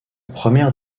première